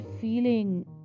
feeling